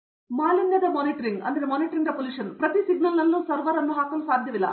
ಕಾಮಕೋಟಿ ಮಾಲಿನ್ಯದ ಮಾನಿಟರಿಂಗ್ ಪ್ರತಿ ಸಿಗ್ನಲ್ನಲ್ಲಿ ನಾನು ಸರ್ವರ್ ಅನ್ನು ಹಾಕಲು ಸಾಧ್ಯವಿಲ್ಲ